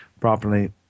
properly